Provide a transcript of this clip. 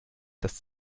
das